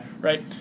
Right